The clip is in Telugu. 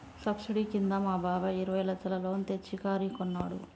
సబ్సిడీ కింద మా బాబాయ్ ఇరవై లచ్చల లోన్ తెచ్చి కారు కొన్నాడు